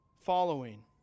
following